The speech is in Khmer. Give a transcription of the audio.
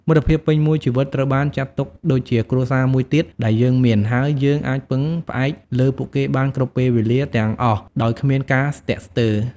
មិត្តភាពពេញមួយជីវិតត្រូវបានចាត់ទុកដូចជាគ្រួសារមួយទៀតដែលយើងមាន ហើយយើងអាចពឹងផ្អែកលើពួកគេបានគ្រប់ពេលវេលាទាំងអស់ដោយគ្មានការស្ទាក់ស្ទើរ។